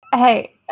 Hey